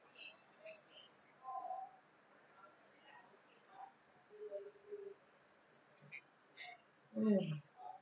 mm